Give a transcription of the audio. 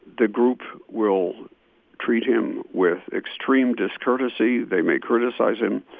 the group will treat him with extreme discourtesy. they may criticize him.